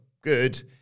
good